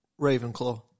Ravenclaw